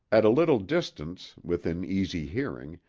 at a little distance, within easy hearing,